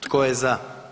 Tko je za?